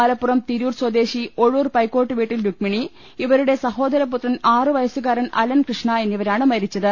മല തിരൂർ സ്വദേശി പ്പുറം ഒഴൂർ പൈക്കോട്ടുവീട്ടിൽ രുക്മിണി ഇവരുടെ സഹോദരപു ത്രൻ ആറ് വയസ്സുകാരൻ അലൻകൃഷ്ണ എന്നിവരാണ് മരി ച്ചത്